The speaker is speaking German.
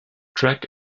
track